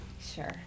Sure